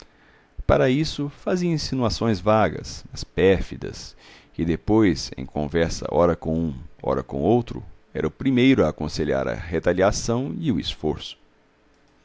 para isso fazia insinuações vagas mas pérfidas e depois em conversa ora com um ora com outro era o primeiro a aconselhar a retaliação e o esforço